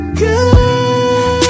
good